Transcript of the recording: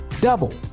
double